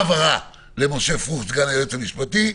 העברה למשה פרוכט סגן היועץ המשפטי,